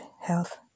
Health